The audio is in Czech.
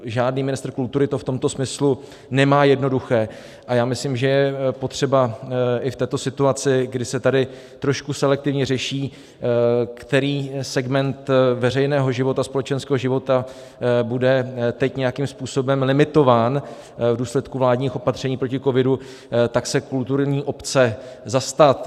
Žádný ministr kultury to v tomto smyslu nemá jednoduché a já myslím, že je potřeba i v této situaci, kdy se tady trošku selektivně řeší, který segment veřejného života, společenského života bude teď nějakým způsobem limitován v důsledku vládních opatření proti covidu, tak se kulturní obce zastat.